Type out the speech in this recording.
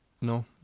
No